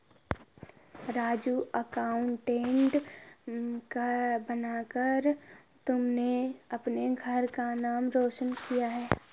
Raju accountant बनकर तुमने अपने घर का नाम रोशन किया है